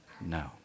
No